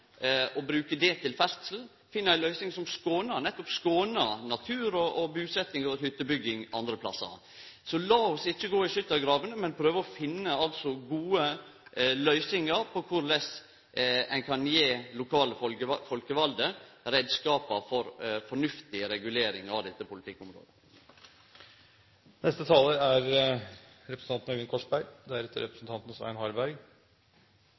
og bruke det til ferdsel, finn ei løysing som nettopp skånar natur, busetjing og hyttebygging andre plassar. Så lat oss ikkje gå i skyttargravene, men prøve å finne gode løysingar på korleis ein kan gje lokalt folkevalde reiskapar for fornuftig regulering av dette